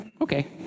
Okay